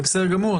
אתם וזה בסדר גמור,